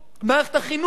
מערכת החינוך.